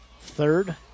third